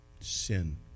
Sin